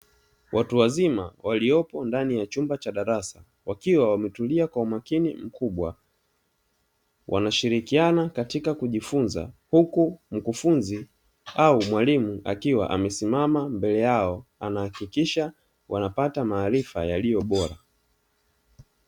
Watu wazima waliopo ndani ya chumba cha darasa wakiwa wametulia kwa umakini mkubwa. Wanashirikiana katika kujifunza huku mkufunzi au mwalimu akiwa ameisimama mbele yao anahakikisha wanapata maarifa yaliyo bora.